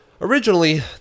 originally